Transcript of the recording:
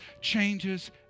changes